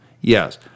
Yes